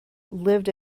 lived